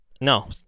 No